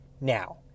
now